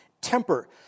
temper